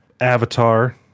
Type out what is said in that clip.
avatar